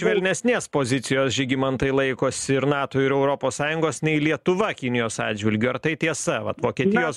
švelnesnės pozicijos žygimantai laikosi ir nato ir europos sąjungos nei lietuva kinijos atžvilgiu ar tai tiesa vat vokietijos